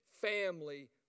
family